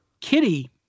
Kitty